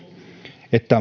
että